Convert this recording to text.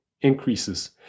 increases